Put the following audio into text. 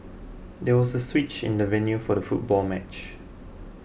there was a switch in the venue for the football match